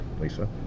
lisa